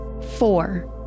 Four